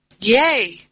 yay